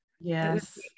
Yes